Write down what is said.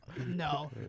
No